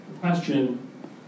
question